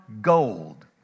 gold